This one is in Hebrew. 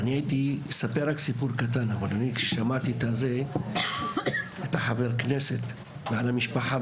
אני שמעתי את דבריך על המשפחה,